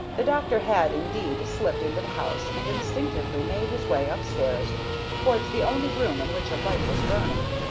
the doctor had indeed slipped into the house and instinctively made his way up-stairs towards the only room in which a light was burning.